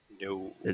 No